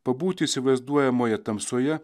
pabūti įsivaizduojamoje tamsoje